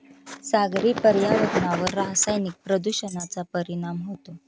सागरी पर्यावरणावर रासायनिक प्रदूषणाचा परिणाम होतो